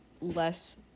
less